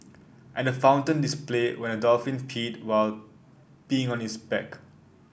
and a fountain display when a dolphin peed while being on his back